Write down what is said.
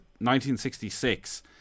1966